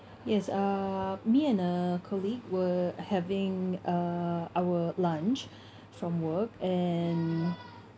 yes uh me and a colleague were having uh our lunch from work and